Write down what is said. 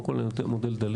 קודם כל אני מודה לדלית